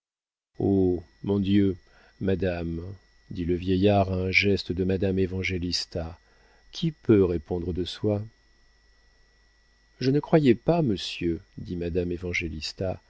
mon dieu madame dit le vieillard à un geste de madame évangélista qui peut répondre de soi je ne croyais pas monsieur dit madame